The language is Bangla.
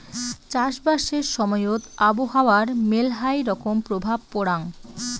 চাষবাসের সময়ত আবহাওয়ার মেলহাই রকম প্রভাব পরাং